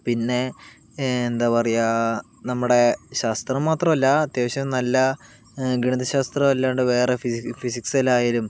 പിന്നെ എന്താ പറയുക നമ്മുടെ ശാസ്ത്രം മാത്രല്ല അത്യാവശ്യം നല്ല ഗണിത ശാസ്ത്രം അല്ലാണ്ട് വേറെ ഫി ഫിസിക്സിലായാലും